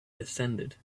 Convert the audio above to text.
descended